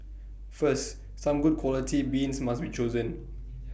first some good quality beans must be chosen